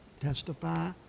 testify